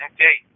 Okay